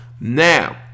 Now